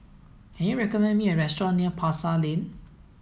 can you recommend me a restaurant near Pasar Lane